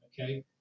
okay